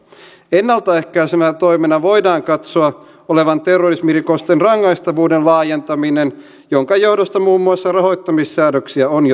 ennalta ehkäisevän toiminnan voidaan katsoa olevan terrorismirikosten rangaistavuuden laajentaminen jonka johdosta muun muassa rahoittamissäädöksiä on jo tiukennettu